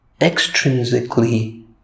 extrinsically